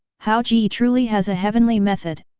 hao-ge yeah truly has a heavenly method!